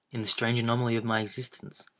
in the strange anomaly of my existence,